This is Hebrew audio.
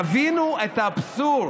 תבינו את האבסורד,